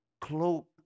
cloak